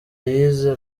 yize